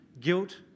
guilt